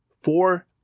four